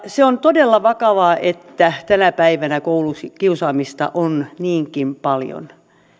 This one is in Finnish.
se on todella vakavaa että tänä päivänä koulukiusaamista on niinkin paljon